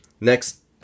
next